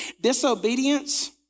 disobedience